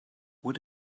what